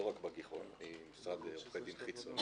לא רק בגיחון אני ממשרד עורכי דין חיצוני